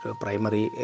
primary